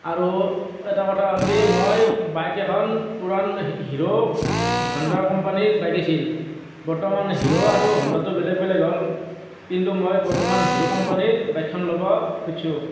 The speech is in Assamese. আৰু এটা কথা হ'ল কি মই বাইক এখন পুৰণা হিৰোহোণ্ডা কোম্পানীৰ বাইক আছিল বৰ্তমান হিৰো আৰু হোণ্ডাটো বেলেগ বেলেগ হ'ল কিন্তু মই বৰ্তমান হিৰো কোম্পানীৰ বাইকখন ল'ব খুজিছোঁ